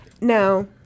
Now